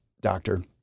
Doctor